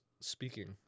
speaking